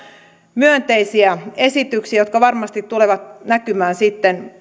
myönteisiä esityksiä jotka varmasti tulevat sitten